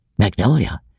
Magnolia